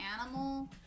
animal